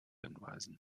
hinweisen